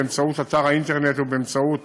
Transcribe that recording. באמצעות אתר האינטרנט ובאמצעות